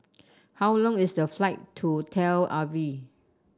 how long is the flight to Tel Aviv